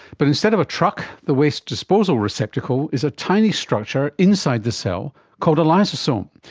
but instead of a truck, the waste disposal receptacle is a tiny structure inside the cell called a lysosome,